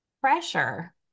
pressure